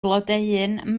blodeuyn